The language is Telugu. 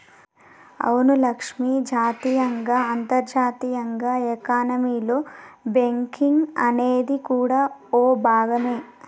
అవును లక్ష్మి జాతీయంగా అంతర్జాతీయంగా ఎకానమీలో బేంకింగ్ అనేది కూడా ఓ భాగమే